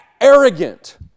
arrogant